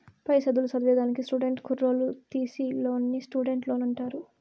పై చదువులు చదివేదానికి స్టూడెంట్ కుర్రోల్లు తీసీ లోన్నే స్టూడెంట్ లోన్ అంటారు